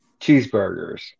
cheeseburgers